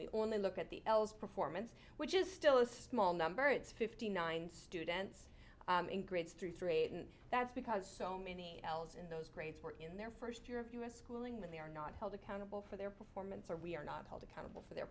we only look at the l's performance which is still a small number it's fifty nine students in grades three through eight and that's because so many l's in those grades were in their first year of us schooling when they are not held accountable for their performance or we are not held accountable for their